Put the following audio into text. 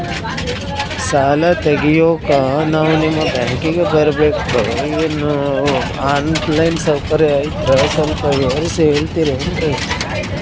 ಸಾಲ ತೆಗಿಯೋಕಾ ನಾವು ನಿಮ್ಮ ಬ್ಯಾಂಕಿಗೆ ಬರಬೇಕ್ರ ಏನು ಆನ್ ಲೈನ್ ಸೌಕರ್ಯ ಐತ್ರ ಸ್ವಲ್ಪ ವಿವರಿಸಿ ಹೇಳ್ತಿರೆನ್ರಿ?